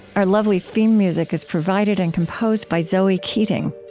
our lovely theme music is provided and composed by zoe keating.